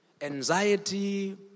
Anxiety